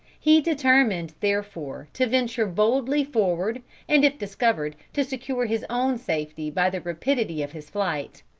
he determined, therefore, to venture boldly forward and, if discovered, to secure his own safety by the rapidity of his flight.